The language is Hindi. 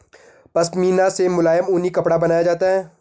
पशमीना से मुलायम ऊनी कपड़ा बनाया जाता है